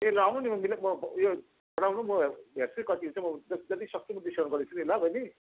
ए ल आउनु नि म मिलाई म उयो राम्रो म हेर्छु म कति हुन्छ म जत् जति सक्छु म डिस्काउन्ट गरिदिन्छु नि ल बहिनी